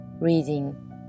reading